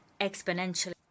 exponentially